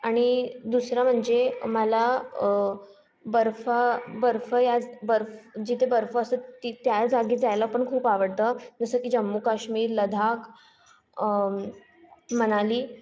आणि दुसरं म्हणजे मला बर्फा बर्फ याज बर्फ जिथे बर्फ असतो तित त्या जागी जायला पण खूप आवडतं जसं की जम्मू काश्मीर लडाख मनाली